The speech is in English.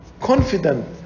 confident